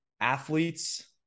athletes